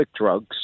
drugs